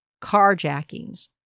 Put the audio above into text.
carjackings